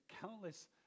countless